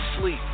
sleep